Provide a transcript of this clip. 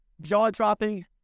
jaw-dropping